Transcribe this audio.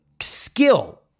skill